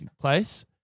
place